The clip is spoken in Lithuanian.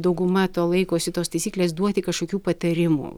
dauguma to laikosi tos taisyklės duoti kažkokių patarimų